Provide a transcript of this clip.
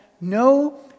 no